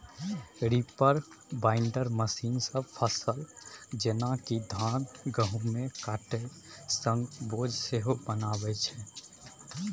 reaper binder मशीनसँ फसल जेना कि धान गहुँमकेँ काटब संगे बोझ सेहो बन्हाबै छै